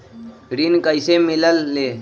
ऋण कईसे मिलल ले?